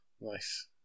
Nice